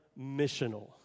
missional